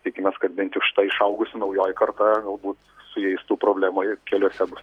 tikimės kad bent jau šita išaugusi naujoji karta galbūt su jais tų problemų ir keliuose bus